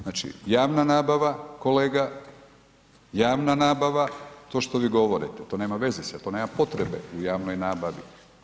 Znači, javna nabava kolega, javna nabava to što vi govorite to nema veze to nema potrebe u javnoj nabavi.